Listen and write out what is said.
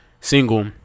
single